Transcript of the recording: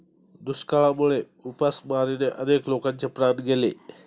दुष्काळामुळे उपासमारीने अनेक लोकांचे प्राण गेले